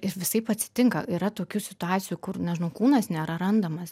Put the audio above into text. ir visaip atsitinka yra tokių situacijų kur nežinau kūnas nėra randamas